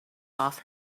off